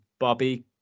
Bobby